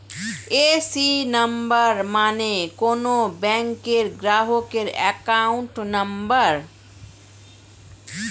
AC number মানে কোন ব্যাংকের গ্রাহকের অ্যাকাউন্ট নম্বর